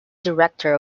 director